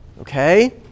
okay